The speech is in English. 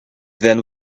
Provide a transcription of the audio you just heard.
then